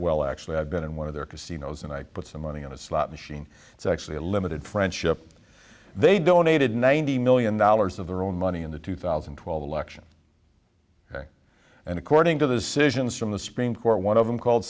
well actually i've been in one of their casinos and i put some money in a slot machine it's actually a limited friendship they donated ninety million dollars of their own money in the two thousand and twelve election and according to the citizens from the supreme court one of them called